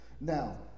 Now